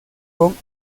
con